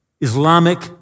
Islamic